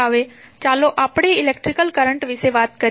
હવે ચાલો આપણે ઇલેક્ટ્રિક કરંટ વિશે વાત કરીએ